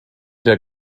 der